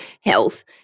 health